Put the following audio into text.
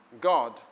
God